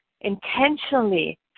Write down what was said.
intentionally